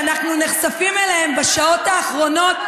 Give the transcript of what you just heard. שאנחנו נחשפים אליהם בשעות האחרונות,